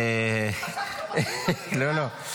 אהה, תוך כדי --- מאוד התרגשתי.